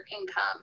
income